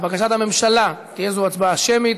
לבקשת הממשלה תהא זו הצבעה שמית,